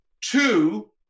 Two